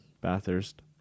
Bathurst